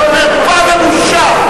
חרפה ובושה.